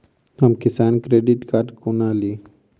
हम किसान credit card कोना ली?